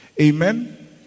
Amen